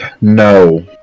No